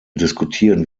diskutieren